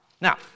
Now